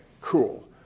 Cool